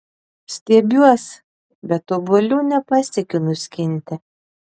stiebiuos bet obuolių nepasiekiu nuskinti